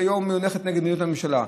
והיום היא הולכת נגד מדיניות הממשלה.